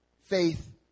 faith